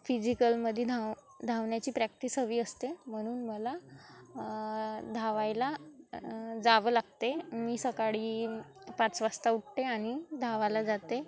फिजिकलमध्ये धाव धावण्याची प्रॅक्टिस हवी असते म्हणून मला धावायला जावं लागते मी सकाळी पाच वाजता उठते आणि धावायला जाते